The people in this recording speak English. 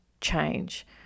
change